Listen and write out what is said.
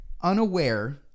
unaware